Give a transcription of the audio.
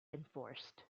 enforced